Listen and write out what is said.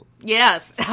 yes